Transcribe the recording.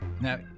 Now